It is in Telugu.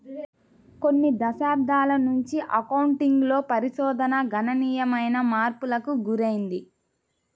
కొన్ని దశాబ్దాల నుంచి అకౌంటింగ్ లో పరిశోధన గణనీయమైన మార్పులకు గురైంది